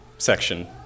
section